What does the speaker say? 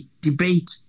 debate